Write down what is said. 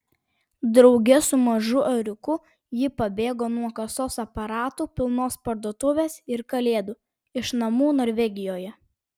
drauge su mažu ėriuku ji pabėgo nuo kasos aparatų pilnos parduotuvės ir kalėdų iš namų norvegijoje